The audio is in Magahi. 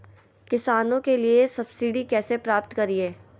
किसानों के लिए सब्सिडी कैसे प्राप्त करिये?